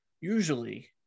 usually